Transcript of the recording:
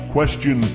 Question